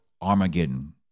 Armageddon